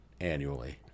annually